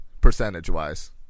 percentage-wise